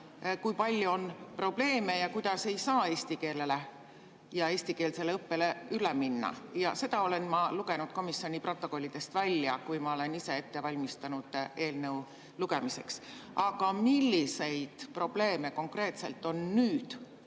kui palju on probleeme ja kuidas ei saa eesti keelele ja eestikeelsele õppele üle minna. Seda olen ma lugenud komisjoni protokollidest välja, kui ma olen ise ette valmistanud eelnõu lugemiseks. Aga milliseid probleeme konkreetselt on nüüd